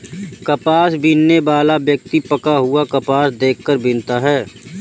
कपास बीनने वाला व्यक्ति पका हुआ कपास देख कर बीनता है